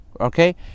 Okay